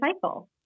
cycle